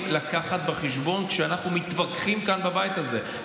להביא בחשבון כשאנחנו מתווכחים כאן בבית הזה.